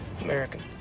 American